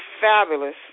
fabulous